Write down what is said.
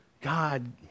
God